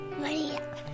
Maria